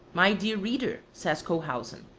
my dear reader, says cohausen,